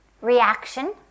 reaction